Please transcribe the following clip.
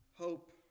Hope